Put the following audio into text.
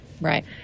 Right